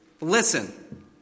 Listen